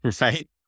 Right